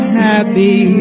happy